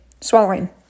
swallowing